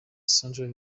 central